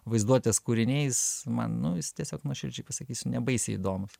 vaizduotės kūriniais man nu tiesiog nuoširdžiai pasakysiu nebaisiai įdomūs